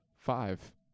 five